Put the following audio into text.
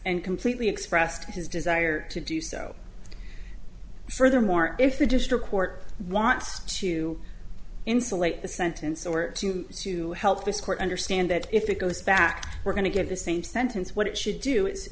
and completely expressed his desire to do so furthermore if the district court wants to insulate the sentence or to help this court understand that if it goes back we're going to get the same sentence what it should do i